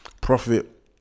profit